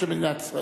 נתקבל.